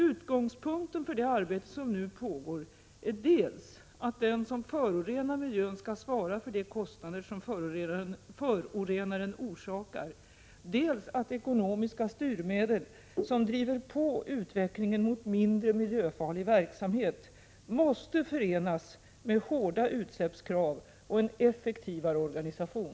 Utgångspunkten för det arbete som nu pågår är dels att den som förorenar miljön skall svara för de kostnader som förorenaren orsakar, dels att ekonomiska styrmedel som driver på utvecklingen mot mindre miljöfarlig verksamhet måste förenas med hårda utsläppskrav och en effektivare organisation.